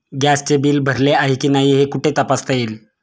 गॅसचे बिल भरले आहे की नाही हे कुठे तपासता येईल?